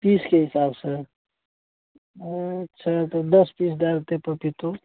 पीसके हिसाबसँ अच्छा तऽ दस पीस दै देतय पपीतो